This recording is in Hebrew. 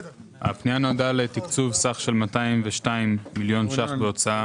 הפנייה נועדה לתקצוב סך של 202 מיליון שקלים בהוצאה